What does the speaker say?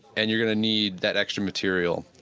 and you're going to need that extra material.